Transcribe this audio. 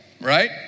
right